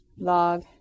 log